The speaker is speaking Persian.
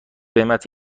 قیمت